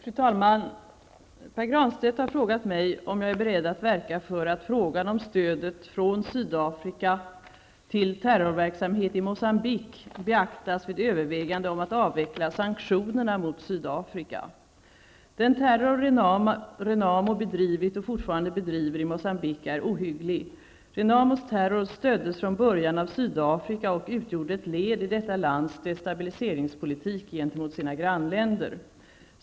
Fru talman! Pär Granstedt har frågat mig om jag är beredd att verka för att frågan om stödet från Sydafrika till terrorverksamhet i Moçambique beaktas vid övervägande om att avveckla sanktionerna mot Sydafrika. Den terror Renamo bedrivit och fortfarande bedriver i Moçambique är ohygglig. Renamos terror stöddes från början av Sydafrika och utgjorde ett led i detta lands destabiliseringspolitik gentemot sina grannländer.